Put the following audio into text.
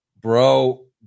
bro